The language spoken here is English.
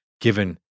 given